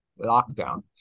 lockdown